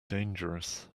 dangerous